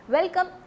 Welcome